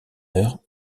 heure